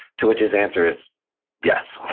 to which his answer is yes.